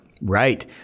Right